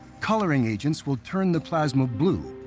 coloring agents will turn the plasma blue,